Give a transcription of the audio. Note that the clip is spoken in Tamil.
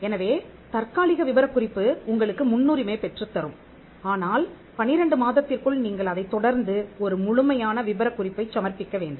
எனவே தற்காலிக விபரக்குறிப்பு உங்களுக்கு முன்னுரிமை பெற்றுத்தரும் ஆனால் 12 மாதத்திற்குள் நீங்கள் அதைத் தொடர்ந்து ஒரு முழுமையான விபரக் குறிப்பைச் சமர்ப்பிக்க வேண்டும்